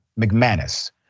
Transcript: McManus